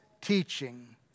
teaching